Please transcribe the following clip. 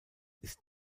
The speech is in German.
ist